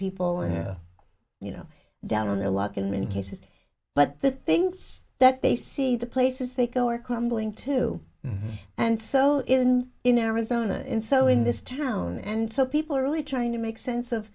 people and you know down on their luck in many cases but the things that they see the places they go are crumbling too and so in in arizona and so in this town and so people are really trying to make sense of